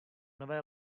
nové